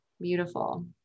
Beautiful